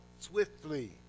swiftly